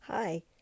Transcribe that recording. Hi